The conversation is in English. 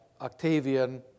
Octavian